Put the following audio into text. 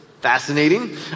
Fascinating